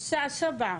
שלנו.